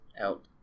out